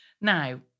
Now